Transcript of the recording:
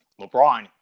LeBron